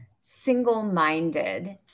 single-minded